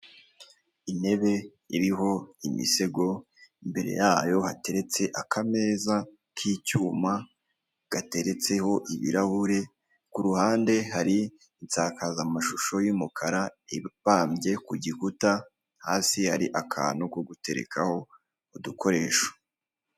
Intebe iriho imisego imbere yayo hateretse akameza k'icyuma gateretseho ibirahure, ku ruhande hari insakazamashusho y'umukara ibambye ku gikuta, hasi ari akantu ko guterekaho udukoresho.